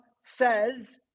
says